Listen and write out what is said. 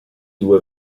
due